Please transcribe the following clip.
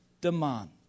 demand